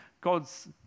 God's